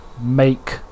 make